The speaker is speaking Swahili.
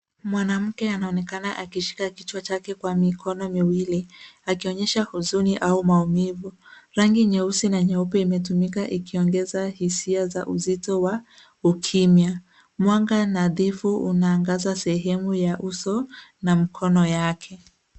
Mwanamke anaonekana akishika kichwa chake kwa mikono miwili akionyesha huzuni au maumivu. Rangi nyeusi na nyeupe imetumika ikiongeza hisia za uzito wa ukimwa. Mwanga nadhifu unaangaza sehemu ya uso na mkono yake.